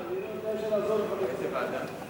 ועדה, איזו ועדה?